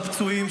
לפצועים,